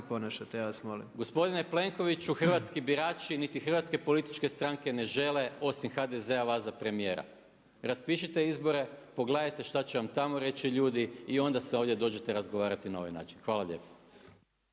ponašate, ja vas molim./… Gospodine Plenkoviću, hrvatski birači niti hrvatske političke stranke ne žele osim HDZ-a, vas za premijera. Raspišite izbore, pogledajte šta će vam tamo reći ljudi i onda se ovdje dođite razgovarati na ovaj način. Hvala lijepa.